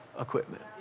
equipment